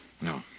No